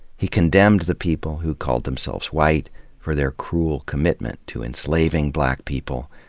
he condemned the people who called themselves white for their cruel commitment to enslaving black people,